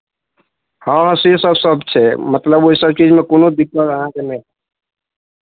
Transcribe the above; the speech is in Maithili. हँ हँ सेसभ सभ छै मतलब ओहिसभ चीजमे कोनो दिक्कत अहाँके नहि